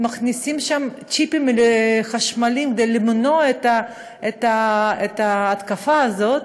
מכניסים לשם צ'יפים חשמליים כדי למנוע את ההתקפה הזאת.